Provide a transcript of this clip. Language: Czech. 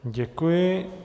Děkuji.